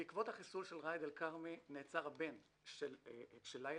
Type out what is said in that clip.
בעקבות החיסול של ראאד אל-כרמי נעצר הבן של לילה,